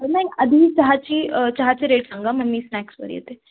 नाही आधी चहाची चहाची रेट सांगा मग मी स्नॅक्सवर येते